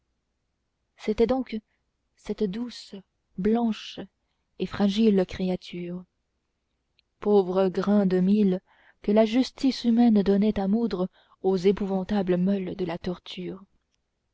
c'était donc cette douce blanche et fragile créature pauvre grain de mil que la justice humaine donnait à moudre aux épouvantables meules de la torture